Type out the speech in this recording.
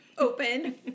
open